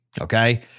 Okay